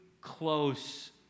close